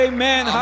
Amen